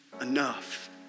enough